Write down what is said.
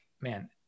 man